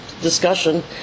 Discussion